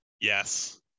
Yes